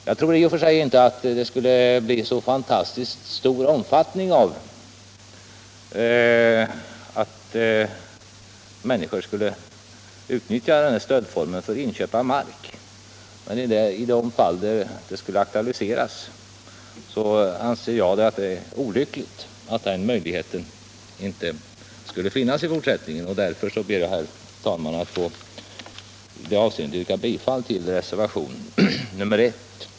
Jag tror inte att människor i särskilt stor omfattning skulle utnyttja stödformen för inköp av mark, men i de fall då detta skulle aktualiseras anser jag att det vore olyckligt, om den möjligheten inte skulle finnas i fortsättningen. Därför ber jag, herr talman, att i detta avseende få yrka bifall till reservationen 1.